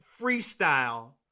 freestyle